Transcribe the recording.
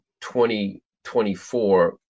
2024